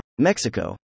Mexico